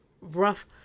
rough